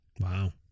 wow